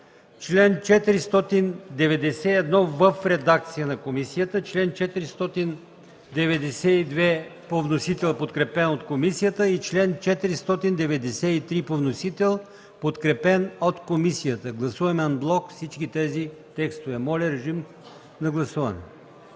чл. 491 в редакция на комисията; чл. 492 по вносител, подкрепен от комисията и чл. 493 по вносител, подкрепен от комисията. Гласуваме анблок всички тези текстове. Моля, режим на гласуване.